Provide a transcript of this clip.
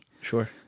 Sure